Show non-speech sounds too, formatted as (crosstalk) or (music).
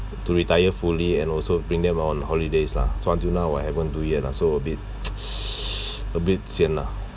to retire fully and also bring them on holidays lah so until now I haven't do it yet lah so a bit (noise) a bit sian lah